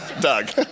Doug